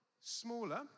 smaller